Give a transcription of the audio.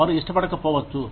వారు ఇష్టపడకపోవచ్చు